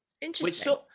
interesting